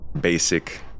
basic